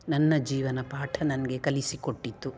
ನನ್ನ ಜೀವನ ಪಾಠ ನನಗೆ ಕಲಿಸಿಕೊಟ್ಟಿತು